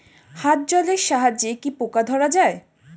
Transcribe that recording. হাত জলের সাহায্যে কি পোকা ধরা যায়?